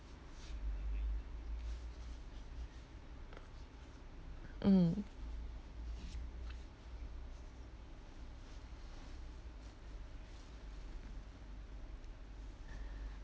mm